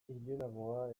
ilunagoa